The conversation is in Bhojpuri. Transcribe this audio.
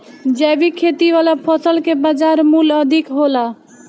जैविक खेती वाला फसल के बाजार मूल्य अधिक होला